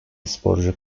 sporcu